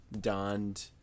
donned